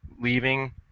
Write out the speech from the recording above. leaving